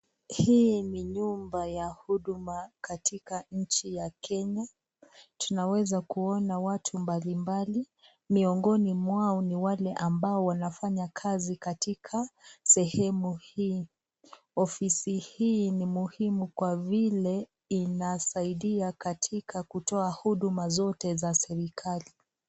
Hii ni nyumba ya huduma katika nchi ya Kenya. Tunaweza kuona watu mbali mbali. Miongoni mwao ni wale ambao wanafanya kazi katika sehemu hii. Ofisi hii ni muhimu kwa vile inasaidia katika kutoa huduma zote za serikali.